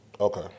Okay